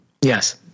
Yes